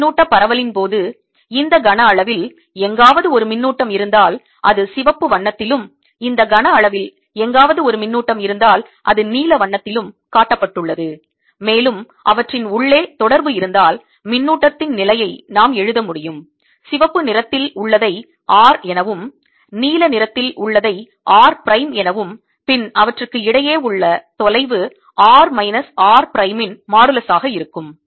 இந்த மின்னூட்டப் பரவலின் போது இந்த கன அளவில் எங்காவது ஒரு மின்னூட்டம் இருந்தால் அது சிவப்பு வண்ணத்திலும் இந்த கன அளவில் எங்காவது ஒரு மின்னூட்டம் இருந்தால் அது நீல வண்ணத்திலும் காட்டப்பட்டுள்ளது மேலும் அவற்றின் உள்ளே தொடர்பு இருந்தால் மின்னூட்டத்தின் நிலையை இடத்தை நாம் எழுத முடியும் சிவப்பு நிறத்தில் உள்ளதை r எனவும் நீல நிறத்தில் உள்ளதை r ப்ரைம் எனவும் பின் அவற்றுக்கு இடையே உள்ள தொலைவு r மைனஸ் r ப்ரைமின் மோடலுஸ் ஆக இருக்கும்